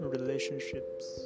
Relationships